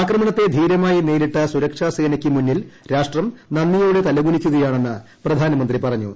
ആക്രമണത്തെ ധീരമായി നേരിട്ട സുരക്ഷാ സേന്റ്യ്ക്കു് മുമ്പിൽ രാഷ്ട്രം നന്ദിയോടെ തലകുനിക്കുകയാണ്ണെന്ന് പ്രധാനമന്ത്രി പറഞ്ഞു